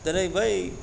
दिनै बै